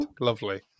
Lovely